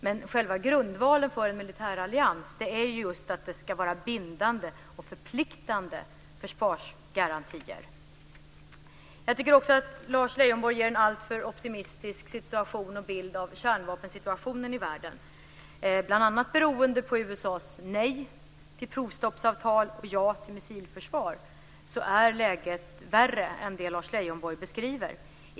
Men själva grundvalen för en militärallians är ju just att det ska vara bindande och förpliktande försvarsgarantier. Jag tycker också att Lars Leijonborg ger en alltför optimistisk bild av kärnvapensituationen i världen. Bl.a. beroende på USA:s nej till provstoppsavtal och ja till missilförsvar är läget värre än det som Lars Leijonborg beskriver.